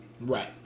Right